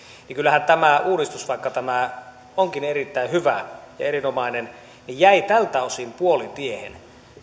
niin kyllähän tämä uudistus vaikka tämä onkin erittäin hyvä ja erinomainen jäi tältä osin puolitiehen